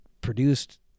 produced